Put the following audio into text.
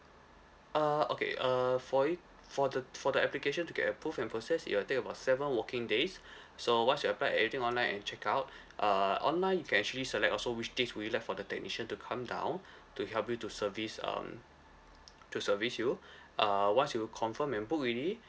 uh okay uh for it for the for the application to get approve and process it will take about seven working days so once you applied in everything online and check out uh online you can actually select also which date would you like for the technician to come down to help you to service um to service you uh once you confirm and booked already